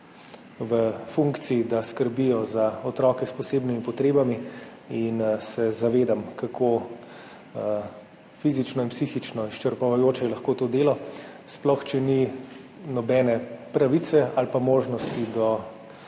v funkciji, da skrbijo za otroke s posebnimi potrebami in se zavedam, kako fizično in psihično izčrpavajoče je lahko to delo, sploh če ni nobene pravice ali pa možnosti do